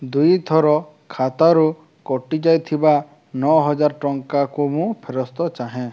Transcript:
ଦୁଇଥର ଖାତାରୁ କଟିଯାଇଥିବା ନଅହଜାର ଟଙ୍କା କୁ ମୁଁ ଫେରସ୍ତ ଚାହେଁ